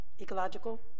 ecological